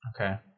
Okay